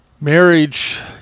Marriage